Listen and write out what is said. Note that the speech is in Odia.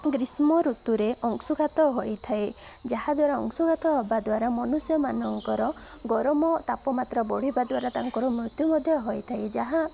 ଗ୍ରୀଷ୍ମ ଋତୁରେ ଅଂଶୁଘାତ ହୋଇଥାଏ ଯାହାଦ୍ୱାରା ଅଂଶୁଘାତ ହବା ଦ୍ୱାରା ମନୁଷ୍ୟମାନଙ୍କର ଗରମ ତାପମାତ୍ରା ବଢ଼ିବା ଦ୍ୱାରା ତାଙ୍କର ମୃତ୍ୟୁ ମଧ୍ୟ ହୋଇଥାଏ ଯାହା